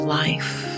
life